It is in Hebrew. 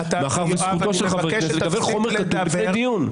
מאחר שזכותו של חבר כנסת לקבל חומר כתוב לפני דיון.